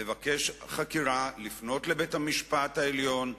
לבקש חקירה, לפנות לבית-המשפט העליון.